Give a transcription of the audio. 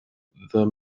the